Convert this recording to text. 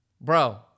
bro